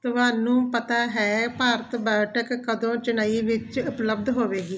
ਤੁਹਾਨੂੰ ਪਤਾ ਹੈ ਭਾਰਤ ਬਾਇਓਟੈਕ ਕਦੋਂ ਚੇਨੱਈ ਵਿਚ ਉਪਲਬਧ ਹੋਵੇਗੀ